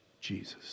Jesus